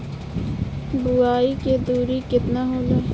बुआई के दूरी केतना होला?